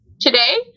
today